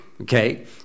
Okay